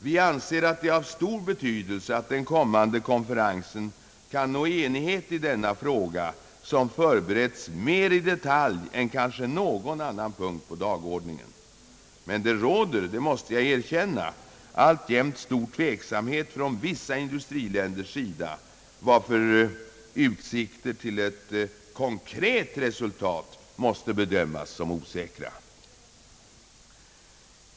Vi anser att det är av stor betydelse att den kommande konferensen kan nå enighet i denna fråga, vilken förberetis mer i detalj än kanske någon annan punkt på dagordningen. Men det råder, det måste jag erkänna, alltjämt stor tveksamhet från vissa industriländers sida, varför utsikterna till ett konkret resultat måste bedömas som osäkra.